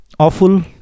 awful